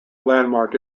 landmark